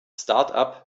startup